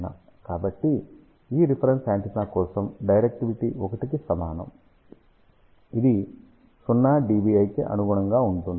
కాబట్టి ఈ reference antenna కోసం డైరెక్టివిటీ 1 కి సమానం ఇది 0 dBi కి అనుగుణంగా ఉంటుంది